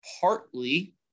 partly